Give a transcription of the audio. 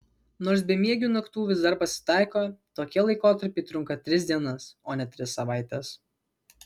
nors bemiegių naktų vis dar pasitaiko tokie laikotarpiai trunka tris dienas o ne tris savaites